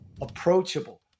approachable